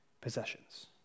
possessions